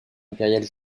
impériale